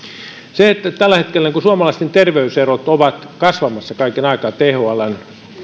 tällä hetkellä suomalaisten terveyserot ovat kasvamassa kaiken aikaa thln